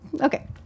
Okay